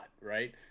right